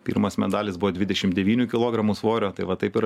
pirmas medalis buvo dvidešimt devynių kilogramų svorio tai va taip ir